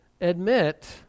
admit